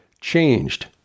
changed